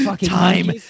Time